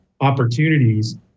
opportunities